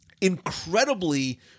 incredibly